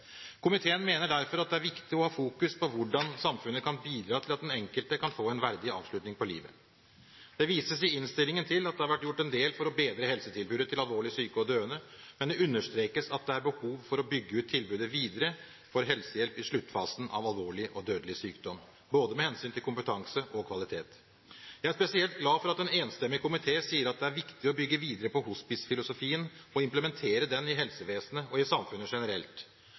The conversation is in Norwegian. Komiteen mener derfor at det er viktig å fokusere på hvordan samfunnet kan bidra til at den enkelte kan få en verdig avslutning på livet. Det vises i innstillingen til at det har vært gjort en del for å bedre helsetilbudet til alvorlig syke og døende, men det understrekes at det er behov for å bygge ut tilbudet om helsehjelp i sluttfasen av alvorlig og dødelig sykdom, med hensyn til både kompetanse og kvalitet. Jeg er spesielt glad for at en enstemmig komité sier at det er viktig å bygge videre på hospicefilosofien og implementere den i helsevesenet og i samfunnet generelt.